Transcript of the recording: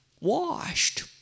Washed